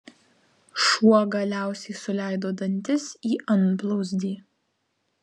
šuo galiausiai suleido dantis į antblauzdį